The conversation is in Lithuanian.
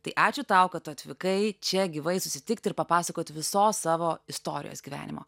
tai ačiū tau kad tu atvykai čia gyvai susitikti ir papasakot visos savo istorijos gyvenimo